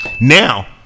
Now